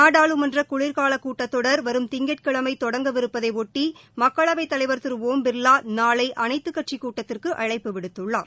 நாடாளுமன்ற குளிர்கால கூட்டத்தொடர் வரும் திங்கட்கிழமை தொடங்கவிருப்பதையொட்டி மக்களவைத் தலைவர் திரு ஒம் பிர்வா நாளை அனைத்துக் கட்சிக் கூட்டத்திற்கு அழைப்பு விடுத்தளார்